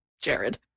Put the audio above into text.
Jared